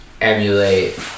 emulate